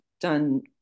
done